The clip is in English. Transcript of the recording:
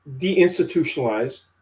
deinstitutionalized